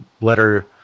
letter